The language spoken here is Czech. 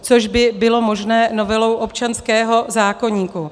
Což by bylo možné novelou občanského zákoníku.